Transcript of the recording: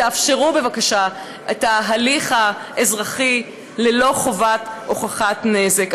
תאפשרו בבקשה את ההליך האזרחי ללא חובת הוכחת נזק.